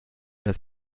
das